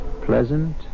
pleasant